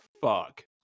fuck